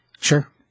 Sure